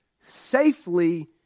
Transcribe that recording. safely